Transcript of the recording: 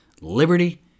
liberty